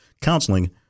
counseling